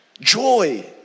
joy